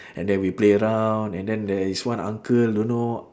and then we play around and then there is one uncle don't know